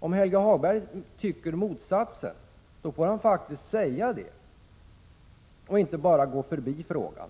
Om Helge Hagberg tycker motsatsen, får han faktiskt säga det och inte bara gå förbi frågan.